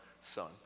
son